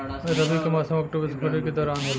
रबी के मौसम अक्टूबर से फरवरी के दौरान होला